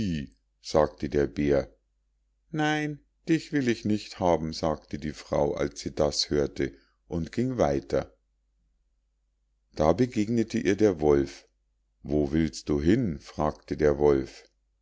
sagte der bär nein dich will ich nicht haben sagte die frau als sie das hörte und ging weiter da begegnete ihr der wolf wo willst du hin fragte der wolf